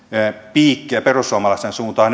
piikkiä perussuomalaisten suuntaan